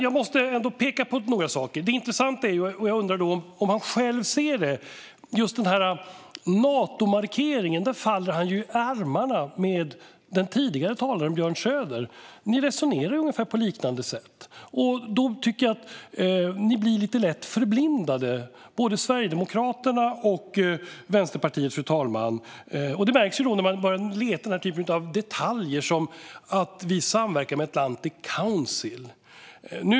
Jag måste ändå peka på några saker. Jag undrar om han själv ser att han just i Natomarkeringen faller i armarna på den tidigare talaren Björn Söder. Ni resonerar på liknande sätt. Jag tycker att både Sverigedemokraterna och Vänsterpartiet blir lite lätt förblindade, fru talman. Det märks när man letar efter den typen av detaljer som att vi samverkar med Atlantic Council.